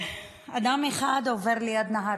אדם אחד עובר ליד נהר,